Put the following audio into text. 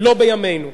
לא בימינו.